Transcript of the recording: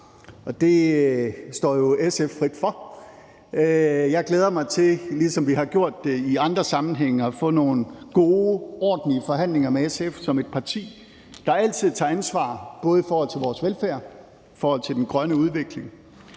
det står jo SF frit for. Jeg glæder mig til at få – ligesom vi har gjort det i andre sammenhænge – nogle gode, ordentlige forhandlinger med SF, som er et parti, der altid tager ansvar, både i forhold til vores velfærd, i forhold til den grønne udvikling